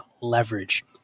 leverage